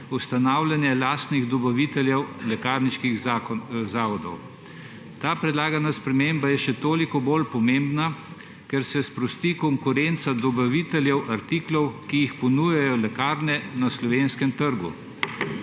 ustanavljanje lastnih dobaviteljev lekarniških zavodov. Ta predlagana sprememba je še toliko bolj pomembna, ker se sprosti konkurenca dobaviteljev artiklov, ki jih ponujajo lekarne na slovenskem trgu.